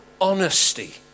honesty